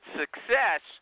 success